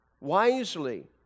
Wisely